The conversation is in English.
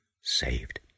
saved